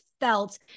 felt